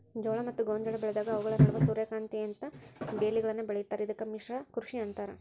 ಜೋಳ ಮತ್ತ ಗೋಂಜಾಳ ಬೆಳೆದಾಗ ಅವುಗಳ ನಡುವ ಸೂರ್ಯಕಾಂತಿಯಂತ ಬೇಲಿಗಳನ್ನು ಬೆಳೇತಾರ ಇದಕ್ಕ ಮಿಶ್ರ ಕೃಷಿ ಅಂತಾರ